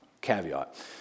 caveat